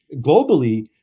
globally